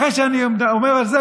אחרי שאני אומר את זה,